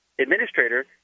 administrator